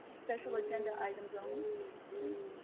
special agenda items only please?